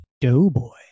Doughboy